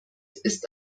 ist